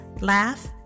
laugh